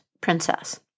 princess